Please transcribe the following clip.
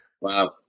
Wow